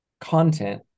content